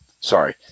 sorry